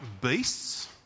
beasts